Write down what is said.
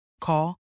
Call